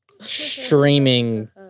streaming